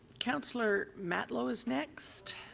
councillor matlow is next.